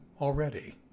already